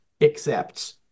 accepts